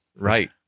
right